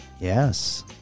yes